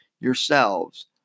yourselves